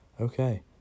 Okay